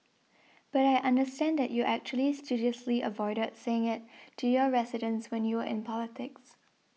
but I understand that you actually studiously avoided saying it to your residents when you were in politics